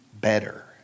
better